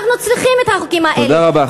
אנחנו צריכים את החוקים האלה, תודה רבה.